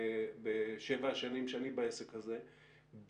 בשבע השנים שאני בעסק הזה,